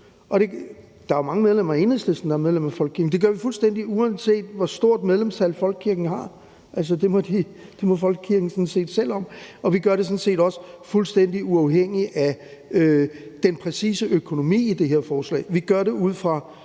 Der er jo mange medlemmer af Enhedslisten, der er medlem af folkekirken. Det gør vi, fuldstændig uanset hvor stort et medlemstal folkekirken har. Altså, det må folkekirken sådan set selv om. Og vi gør det sådan set også, fuldstændig uafhængigt af den præcise økonomi i det her forslag. Vi gør det ud fra